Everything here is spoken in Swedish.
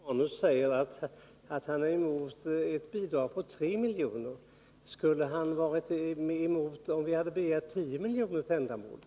Herr talman! Gabriel Romanus säger att han är emot att ge ett bidrag på 3 miljoner. Skulle han ha varit med på om vi hade begärt 10 miljoner för ändamålet?